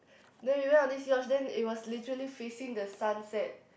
then we went on this yacht then it was literally facing the sunset